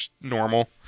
normal